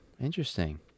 interesting